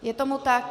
Je tomu tak?